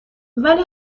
ولی